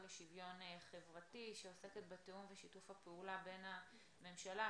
לשוויון חברתי שעוסקת בתיאום ושיתוף הפעולה בין הממשלה,